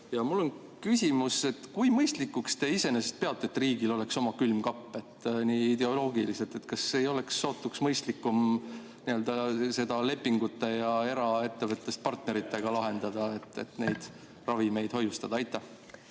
Mul on küsimus: kui mõistlikuks te iseenesest peate, et riigil oleks oma külmkapp? Nii ideoloogilises [mõttes]. Kas ei oleks sootuks mõistlikum seda lepingute ja eraettevõtetest partneritega lahendada, et neid ravimeid hoiustada? Aitäh,